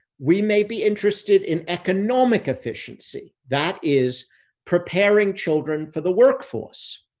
we may be interested in economic efficiency that is preparing children for the workforce,